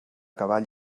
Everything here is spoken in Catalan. cavall